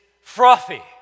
frothy